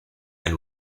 and